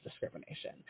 discrimination